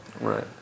Right